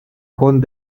cont